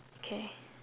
okay